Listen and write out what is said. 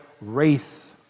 race